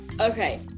okay